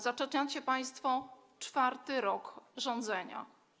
Zaczynacie państwo czwarty rok rządzenia.